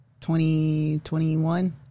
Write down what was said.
2021